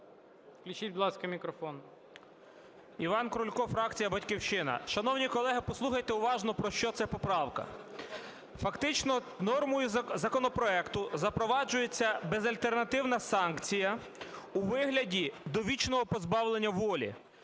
Включіть, будь ласка, мікрофон. 16:48:37 КРУЛЬКО І.І. Іван Крулько, фракція "Батьківщина". Шановні колеги, послухайте уважно, про що ця поправка. Фактично нормою законопроекту запроваджується безальтернативна санкція у вигляді довічного позбавлення волі.